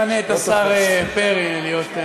אני ממנה את השר פרי להיות,